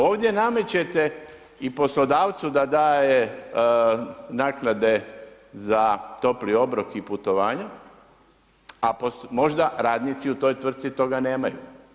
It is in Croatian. Ovdje namećete i poslodavcu da daje naknade za topli obrok i putovanje a možda radnici u toj tvrtci toga nemaju.